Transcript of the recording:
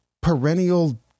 Perennial